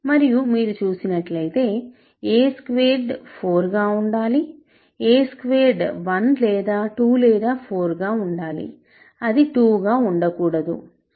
మరియు మీరు చూసినట్లైతే a స్క్వేర్డ్ 4 గా ఉండాలి a స్క్వేర్డ్ 1 లేదా 2 లేదా 4 గా ఉండాలి అది 2 గా ఉండకూడదు